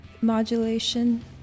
modulation